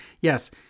yes